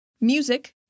Music